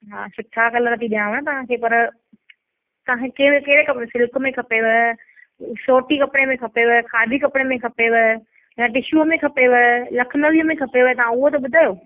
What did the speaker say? हा सुठा कलर थी ॾियांव न तव्हां खे पर तव्हां खे कहिड़े कहिड़े कपिड़े में सिल्क में खपेव सोटी कपिड़े में खपेव खादी कपिड़े में खपेव या टिशूअ में खपेव लखनवीअ में खपेव तव्हां उहो त ॿुधायो